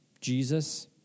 Jesus